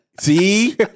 See